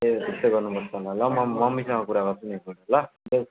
ए त्यसै गर्नुपर्छ होला ल म मम्मीसँग कुरा गर्छु नि एकपल्ट ल